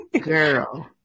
Girl